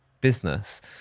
business